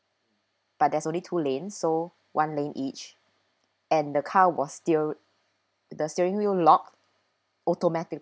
but there's only two lane so one lane each and the car was still the steering wheel lock automatic